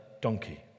donkey